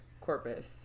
Corpus